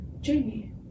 Jamie